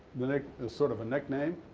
like as sort of a nickname.